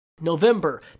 November